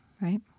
right